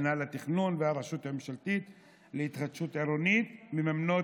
מינהל התכנון והרשות הממשלתית להתחדשות עירונית מממנות